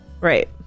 Right